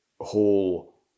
whole